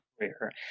career